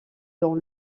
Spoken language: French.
dans